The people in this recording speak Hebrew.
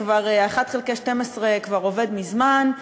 ה-1 חלקי 12 כבר עובד מזמן.